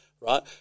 right